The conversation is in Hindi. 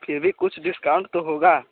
फिर भी कुछ डिस्काउंट तो होगा